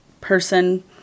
person